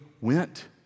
went